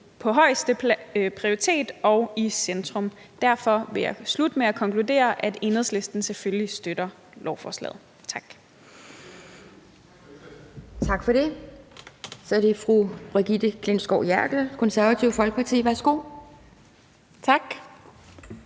som højeste prioritet og i centrum. Derfor vil jeg slutte med at konkludere, at Enhedslisten selvfølgelig støtter lovforslaget. Tak. Kl. 11:47 Anden næstformand (Pia Kjærsgaard): Tak for det. Så er det fru Brigitte Klintskov Jerkel, Det Konservative Folkeparti. Værsgo. Kl.